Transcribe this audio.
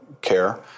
care